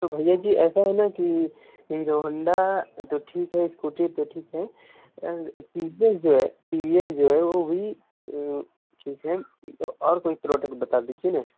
तो भैया जी ऐसा है ना कि हीरो होंडा तो ठीक है स्कूटी तो ठीक है टी सी एस जो है टी वी एस जो है वो भी ठीक है तो और कोई प्रोडक्ट बता दीजिये न